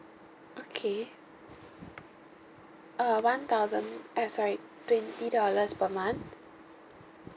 okay uh one thousand eh sorry twenty dollars per month